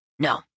No